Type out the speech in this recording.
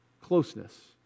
closeness